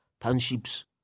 Townships